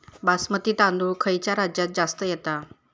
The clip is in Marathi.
बासमती तांदूळ खयच्या राज्यात जास्त येता?